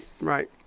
Right